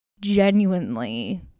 genuinely